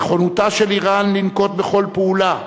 נכונותה של אירן לנקוט כל פעולה,